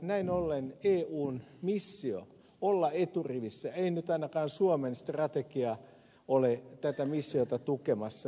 näin ollen kun eun missio on olla eturivissä ei nyt ainakaan suomen strategia ole tätä missiota tukemassa